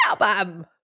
album